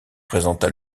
présenta